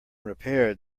repaired